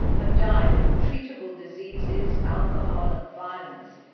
have died from treatable diseases, alcohol and violence.